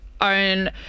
own